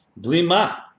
Blima